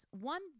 one